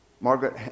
Margaret